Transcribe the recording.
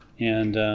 and